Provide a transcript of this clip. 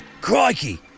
Crikey